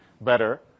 better